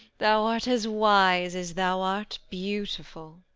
thou art as wise as thou art beautiful.